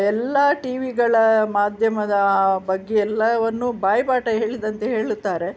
ಎಲ್ಲ ಟಿ ವಿಗಳ ಮಾಧ್ಯಮದ ಆ ಬಗ್ಗೆ ಎಲ್ಲವನ್ನೂ ಬಾಯಿಪಾಟ ಹೇಳಿದಂತೆ ಹೇಳುತ್ತಾರೆ